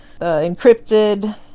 Encrypted